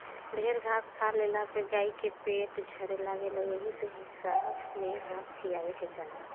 ढेर घास खा लेहला पे गाई के पेट झरे लागेला एही से हिसाबे में घास खियावे के चाही